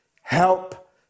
help